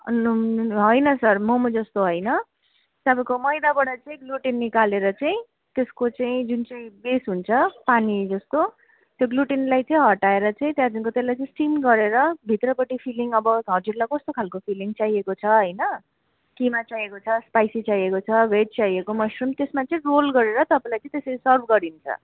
होइन सर मोमो जस्तो होइन तपाईँको मैदाबाट चाहिँ ग्लुटिन निकालेर चाहिँ त्यसको चाहिँ जुन चाहिँ बेस हुन्छ पानी जस्तो त्यो ग्लुटिनलाई चाहिँ हटाएर चाहिँ त्यहाँदेखिको त्यसलाई चाहिँ स्टिम्ड गरेर भित्रपट्टि फिलिङ्ग अब हजुर कस्तो खालको फिलिङ्ग चाहिएको छ होइन केमा चाहिएको छ स्पाइसी चाहिएको छ भेज चाहिएको मसरुम त्यसमा चाहिँ रोल गरेर तपाईँलाई चाहिँ त्यसरी सर्व गरिन्छ